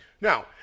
Now